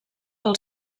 pel